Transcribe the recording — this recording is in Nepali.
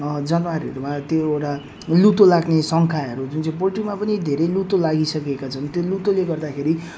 जनावरहरमा त्यो एउटा लुतो लाग्ने शङ्काहरू जुन चाहिँ पोल्ट्रीमा पनि धेरै लुतो लागिसकेका छन् त्यो लुतोले गर्दाखेरि